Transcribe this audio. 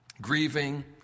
grieving